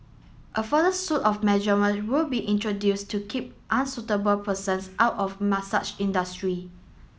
a further suite of measurement will be introduced to keep unsuitable persons out of massage industry